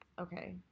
Okay